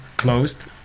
closed